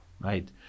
right